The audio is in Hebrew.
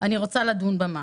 אני רוצה לדון ב-מה.